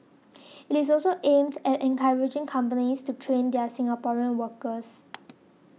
it is also aimed at encouraging companies to train their Singaporean workers